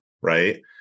right